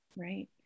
Right